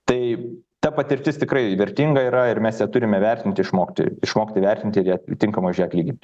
tai ta patirtis tikrai vertinga yra ir mes ją turime vertinti išmokti išmokti vertint ir ją tinkamai už ją atlygint